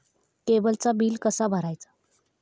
केबलचा बिल कसा भरायचा?